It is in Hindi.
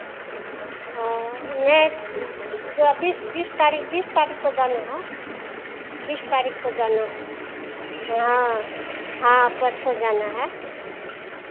नय जो है बीस बीस तारीख बीस तारीख को जाना है बीस तारीख को जाना है हाँ हाँ परसों जाना है